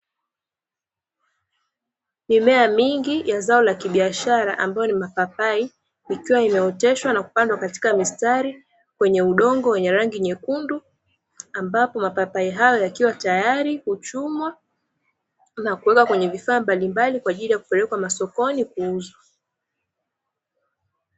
Mimea mingi ya zao la kibiashara ambayo ni mapapai ikiwa imeoteshwa na kupandwa katika mistari kwenye udongo wenye rangi nyekundu, ambapo mapapai hayo yakiwa tayari kuchumwa na kuwekwa kwenye vifaa mbalimbali kupelekwa masokoni kwajili ya kuuzwa.